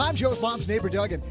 um joe's mom's neighbor doug. and